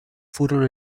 furono